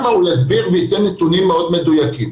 הוא יסביר וייתן נתונים מאוד מדויקים.